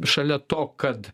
šalia to kad